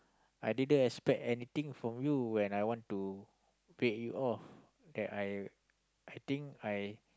I didn't expect anything from you when I want to pay you off that I I think I